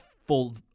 full